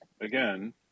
Again